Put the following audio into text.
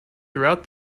throughout